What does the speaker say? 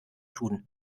tun